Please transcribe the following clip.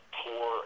poor